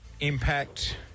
impact